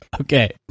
Okay